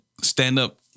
stand-up